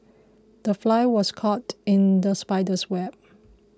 the fly was caught in the spider's web